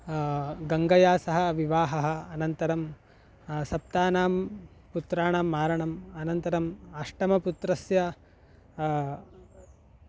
गङ्गया सह विवाहः अनन्तरं सप्तानां पुत्राणां मारणम् अनन्तरम् अष्टमपुत्रस्य